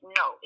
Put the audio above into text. no